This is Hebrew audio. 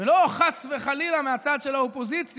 ולא, חס וחלילה, מהצד של האופוזיציה,